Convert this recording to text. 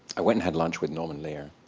i went and had lunch with norman lear,